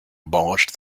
abolished